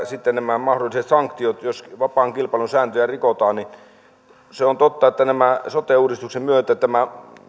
sitten nämä mahdolliset sanktiot jos vapaan kilpailun sääntöjä rikotaan ja se on totta että sote uudistuksen myötä tämä